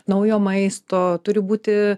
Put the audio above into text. naujo maisto turi būti